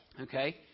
Okay